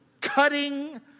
cutting